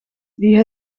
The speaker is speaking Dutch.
die